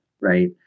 right